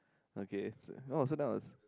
okay oh so now it's